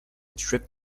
trip